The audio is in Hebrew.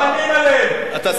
מאיימים עליהן.